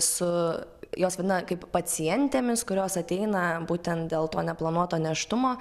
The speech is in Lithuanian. su jos viena kaip pacientėmis kurios ateina būtent dėl to neplanuoto nėštumo